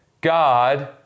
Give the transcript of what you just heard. God